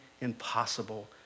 impossible